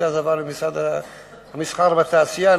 הקליטה זה עבר למשרד המסחר והתעשייה,